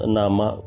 nama